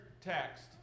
text